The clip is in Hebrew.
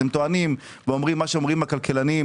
אתם טוענים ואומרים מה שאומרים הכלכלנים,